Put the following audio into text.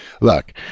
look